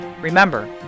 Remember